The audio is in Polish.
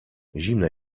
zimne